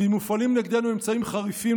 ואם מופעלים נגדנו אמצעים חריפים,